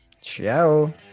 Ciao